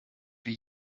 wie